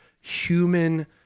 human